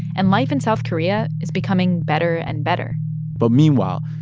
and life in south korea is becoming better and better but meanwhile,